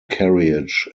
carriage